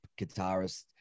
guitarist